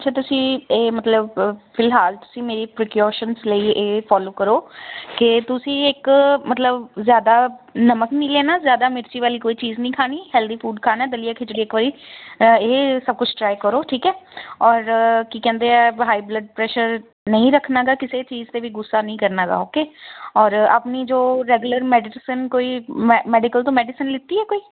ਅੱਛਾ ਤੁਸੀਂ ਇਹ ਮਤਲਬ ਫਿਲਹਾਲ ਤੁਸੀਂ ਮੇਰੀ ਪ੍ਰੋਕਿਊਸ਼ਨ ਲਈ ਇਹ ਫੋਲੋ ਕਰੋ ਕਿ ਤੁਸੀਂ ਇੱਕ ਮਤਲਬ ਜ਼ਿਆਦਾ ਨਮਕ ਮਿਲੀ ਨਾ ਜ਼ਿਆਦਾ ਮਿਰਚੀ ਵਾਲੀ ਕੋਈ ਚੀਜ਼ ਨਹੀਂ ਖਾਣੀ ਹੈਲਦੀ ਫੂਡ ਖਾਣਾ ਦਲੀਆ ਖਿਚੜੀ ਇੱਕ ਵਾਰੀ ਇਹ ਸਭ ਕੁਝ ਟਰਾਈ ਕਰੋ ਠੀਕ ਏ ਔਰ ਕੀ ਕਹਿੰਦੇ ਆ ਹਾਈ ਬਲੱਡ ਪ੍ਰੈਸ਼ਰ ਨਹੀਂ ਰੱਖਣਾ ਗਾ ਕਿਸੇ ਚੀਜ਼ 'ਤੇ ਵੀ ਗੁੱਸਾ ਨਹੀ ਕਰਨਾ ਗਾ ਓਕੇ ਔਰ ਆਪਣੀ ਜੋ ਰੈਗੂਲਰ ਮੈਡੀਸਨ ਕੋਈ ਮੈ ਮੈਡੀਕਲ ਤੋਂ ਮੈਡੀਸਨ ਲਿੱਤੀ ਆ ਕੋਈ